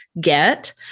get